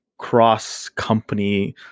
cross-company